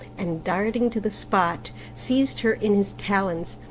and darting to the spot seized her in his talons.